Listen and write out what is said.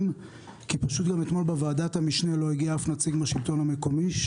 אתמול בוועדת המשנה לא הגיע אף נציג מהשלטון המקומי,